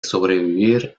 sobrevivir